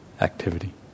activity